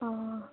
অঁ